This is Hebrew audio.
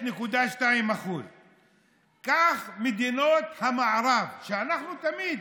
5.2%. קחו את מדינות המערב, שאנחנו תמיד